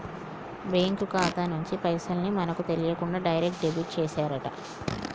bank ఖాతా నుంచి పైసల్ ని మనకు తెలియకుండా డైరెక్ట్ డెబిట్ చేశారట